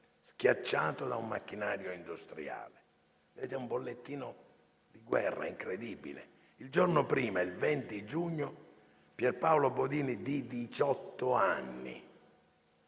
schiacciato da un macchinario industriale. Come vedete, è un bollettino di guerra incredibile. Il giorno prima, il 20 giugno, Pierpaolo Bodini, di diciotto